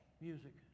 music